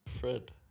Fred